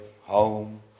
home